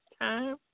time